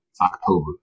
October